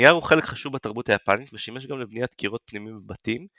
הנייר הוא חלק חשוב בתרבות היפנית ושימש גם לבניית קירות פנימיים בבתים,